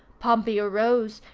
pompey arose,